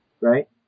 right